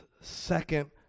second